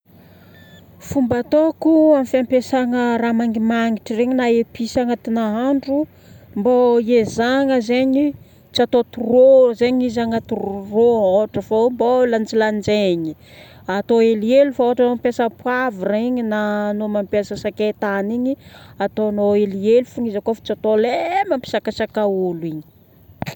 Fomba ataoko amin'ny fampiasagna raha mangimangitry regny na episy agnaty nahandro, mbô ezahana zaigny tsy atao trop zegny izy agnaty rô ohatra fô mbô lanjalanjaigny, atao helihely fô, ohatra mampiasa poivre igny na anao mampiasa sakaitany igny, ataonao helihely fogna izy akao fa tsy atao le he mampisakasaka olo igny.